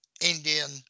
Indian